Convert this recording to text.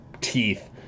teeth